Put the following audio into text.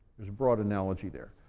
there's a broad analogy there.